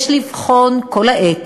יש לבחון כל העת